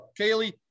kaylee